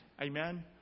Amen